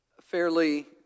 fairly